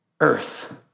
earth